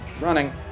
running